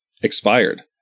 expired